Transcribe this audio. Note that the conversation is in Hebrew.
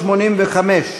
385: